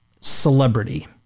celebrity